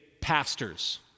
pastors